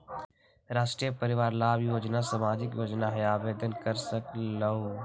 राष्ट्रीय परिवार लाभ योजना सामाजिक योजना है आवेदन कर सकलहु?